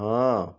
ହଁ